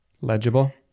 legible